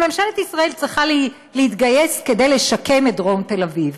שממשלת ישראל צריכה להתגייס כדי לשקם את דרום תל אביב.